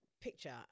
picture